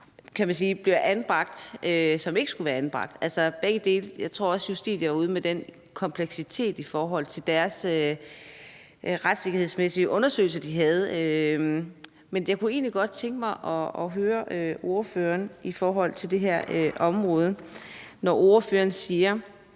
anbragt, bliver anbragt, kan man sige. Altså, det gælder begge dele. Jeg tror også, Justitia er ude med den kompleksitet i forhold til deres retssikkerhedsmæssige undersøgelse. Men jeg kunne egentlig godt tænke mig at høre ordføreren om noget i forhold til det her område, når ordføreren siger,